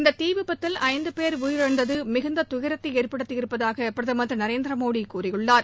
இந்த தீ விபத்தில் ஐந்து பேர் உயிரிழந்தது மிகுந்த துயரத்தை ஏற்படுத்தி இருப்பதாக பிரதமள் திரு நரேந்திரமோடி கூறியுள்ளார்